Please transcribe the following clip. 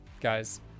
guys